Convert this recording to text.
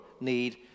need